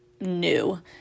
new